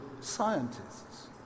scientists